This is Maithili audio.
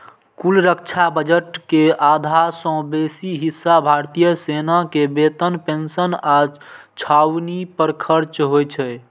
कुल रक्षा बजट के आधा सं बेसी हिस्सा भारतीय सेना के वेतन, पेंशन आ छावनी पर खर्च होइ छै